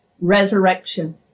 resurrection